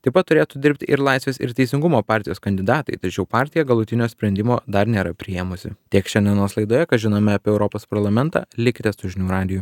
taip pat turėtų dirbt ir laisvės ir teisingumo partijos kandidatai tačiau partija galutinio sprendimo dar nėra priėmusi tiek šiandienos laidoje ką žinome apie europos parlamentą likite su žinių radiju